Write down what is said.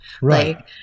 Right